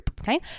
Okay